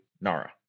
NARA